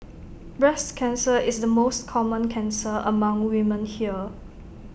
breast cancer is the most common cancer among women here